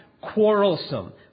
Quarrelsome